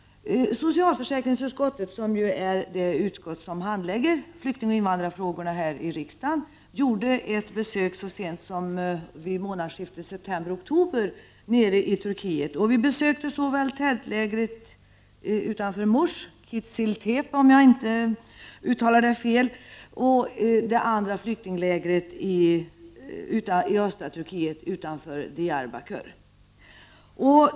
Socialförsäkringsutskottet, som ju är det utskott i riksdagen som handlägger flyktingoch invandrarfrågor, gjorde ett besök i Turkiet så sent som månadsskiftet september-oktober. Vi besökte såväl tältlägret utanför Mus, Kiziltepe, som det andra lägret i östra Turkiet utanför Diyarbakir.